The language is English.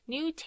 New